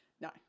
no